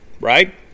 right